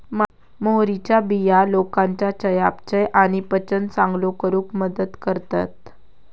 मोहरीच्या बिया लोकांच्या चयापचय आणि पचन चांगलो करूक मदत करतत